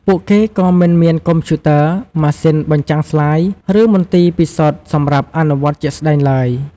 ពួកគេក៏មិនមានកុំព្យូទ័រ ម៉ាស៊ីនបញ្ចាំងស្លាយ ឬមន្ទីរពិសោធន៍សម្រាប់អនុវត្តជាក់ស្តែងឡើយ។